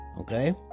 okay